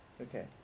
Okay